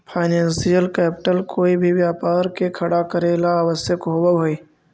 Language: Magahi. फाइनेंशियल कैपिटल कोई भी व्यापार के खड़ा करेला ला आवश्यक होवऽ हई